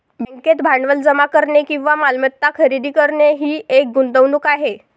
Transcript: बँकेत भांडवल जमा करणे किंवा मालमत्ता खरेदी करणे ही एक गुंतवणूक आहे